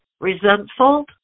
resentful